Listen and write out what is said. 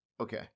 Okay